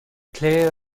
claire